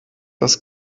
das